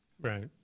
Right